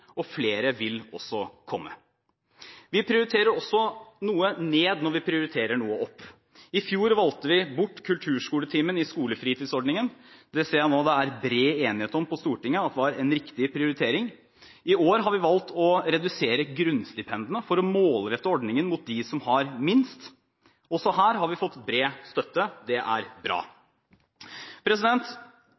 og flere vil også komme. Vi prioriterer også noe ned når vi prioriterer noe opp. I fjor valgte vi bort kulturskoletimen i skolefritidsordningen. Jeg ser nå at det er bred enighet på Stortinget om at det var en riktig prioritering. I år har vi valgt å redusere grunnstipendene for å målrette ordningen mot dem som har minst. Også her har vi fått bred støtte, og det er bra.